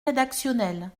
rédactionnel